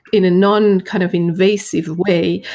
in a none kind of invasive way,